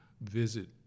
visit